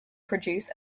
produce